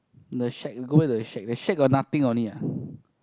the shack you go back to the shack the shack got nothing on it ah